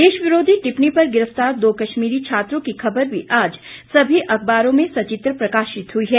देश विरोधी टिप्पणी पर गिरफ्तार दो कश्मीरी छात्रों की ख़बर भी आज सभी अख़बारों में सचित्र प्रकाशित हुई है